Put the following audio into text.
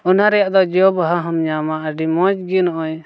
ᱚᱱᱟ ᱨᱮᱭᱟᱜ ᱫᱚ ᱡᱚᱼᱵᱟᱦᱟ ᱦᱚᱢ ᱧᱟᱢᱟ ᱟᱹᱰᱤ ᱢᱚᱡᱽᱜᱮ ᱱᱚᱜᱼᱚᱸᱭ